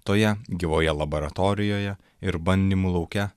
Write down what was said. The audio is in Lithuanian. toje gyvoje laboratorijoje ir bandymų lauke